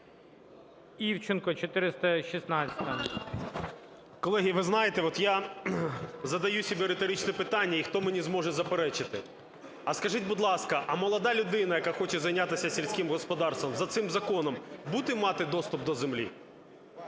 ІВЧЕНКО В.Є. Колеги, ви знаєте, от я задаю собі риторичне питання, і хто мені зможе заперечити? А скажіть, будь ласка, а молода людина, яка хоче зайнятися сільським господарством, за цим законом буде мати доступ до землі?